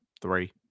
Three